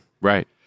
Right